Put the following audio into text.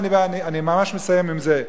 אני ממש מסיים עם זה.